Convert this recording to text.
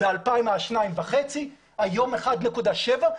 בשנת 2000 היו שניים וחצי סנטימטרים והיום 1.7 סנטימטרים.